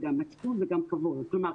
וגם --- כלומר,